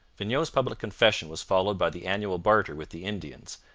vignau's public confession was followed by the annual barter with the indians,